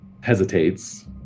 hesitates